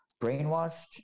brainwashed